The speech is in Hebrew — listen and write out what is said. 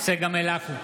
צגה מלקו,